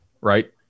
right